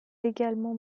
également